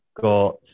got